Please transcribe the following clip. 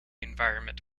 environment